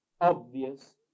obvious